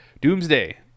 Doomsday